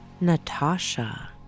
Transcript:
Natasha